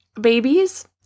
babies